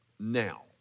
Now